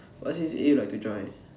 what C_C_A you like to join